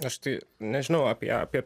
aš tai nežinau apie apie